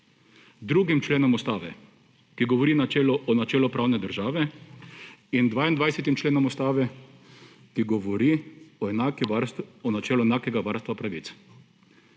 2. členom Ustave, ki govori o načelu pravne države, in 22. členom Ustave, ki govori o načelu enakega varstva pravic.